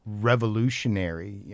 revolutionary